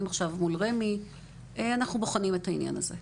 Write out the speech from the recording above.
עכשיו מול רמ"י ובוחנים את העניין הזה.